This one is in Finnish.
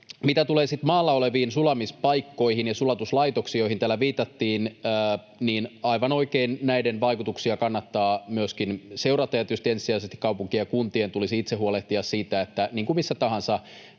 sitten maalla oleviin sulamispaikkoihin ja sulatuslaitoksiin, joihin täällä viitattiin, niin aivan oikein, näiden vaikutuksia kannattaa myöskin seurata. Tietysti ensisijaisesti kaupunkien ja kuntien tulisi itse huolehtia siitä, että niin kuin